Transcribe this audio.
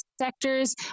sectors